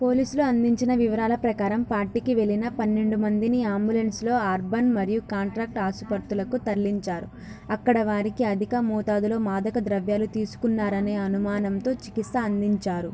పోలీసులు అందించిన వివరాల ప్రకారం పార్టీకి వెళ్ళిన పన్నెండు మందిని అంబులెన్స్లో అర్బన్ మరియు కాంట్రాక్ట్ ఆసుపత్రులకు తరలించారు అక్కడ వారికి అధిక మోతాదులో మాదకద్రవ్యాలు తీసుకున్నారనే అనుమానంతో చికిత్స అందించారు